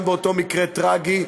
גם באותו מקרה טרגי,